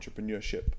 entrepreneurship